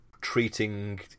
treating